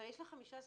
אבל יש לך 15 תקנים.